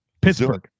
Pittsburgh